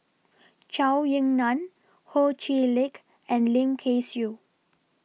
Zhou Ying NAN Ho Chee Lick and Lim Kay Siu